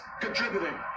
contributing